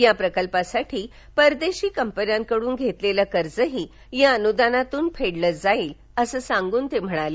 या प्रकल्पासाठी परदेशी कंपनीकडून घेतलेलं कर्जही या अनुदानातून फेडलं जाईल असं सांगून ते म्हणाले